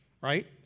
right